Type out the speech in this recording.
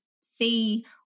see